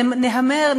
נהמר,